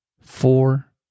four